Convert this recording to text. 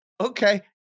okay